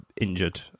injured